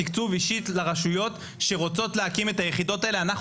תקצוב אישית לרשויות שרוצות להקים את היחידות האלה,